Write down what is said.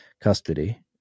custody